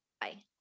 Bye